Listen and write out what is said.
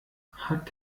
hat